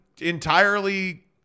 entirely